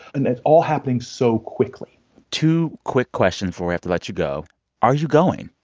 and it's all happening so quickly two quick questions before we have to let you go are you going?